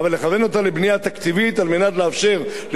כדי לאפשר לציבורים רבים שאין להם היום